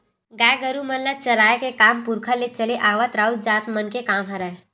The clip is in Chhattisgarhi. गाय गरु मन ल चराए के काम पुरखा ले चले आवत राउत जात मन के काम हरय